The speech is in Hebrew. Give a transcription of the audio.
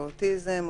אוטיזם,